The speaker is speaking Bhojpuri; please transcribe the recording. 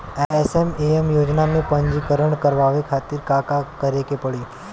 एस.एम.ए.एम योजना में पंजीकरण करावे खातिर का का करे के पड़ी?